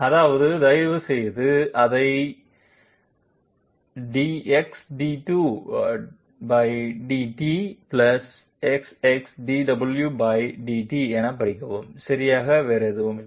அதாவது தயவுசெய்து அதை ⁄× dudt ×× dwdt என படிக்கவும் சரியா வேறு எதுவும் இல்லை